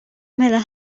mela